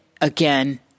again